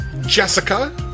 Jessica